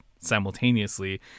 simultaneously